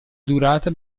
durata